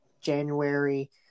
January